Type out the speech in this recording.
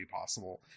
possible